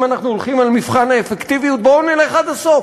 אם אנחנו הולכים על מבחן האפקטיביות בואו נלך עד הסוף.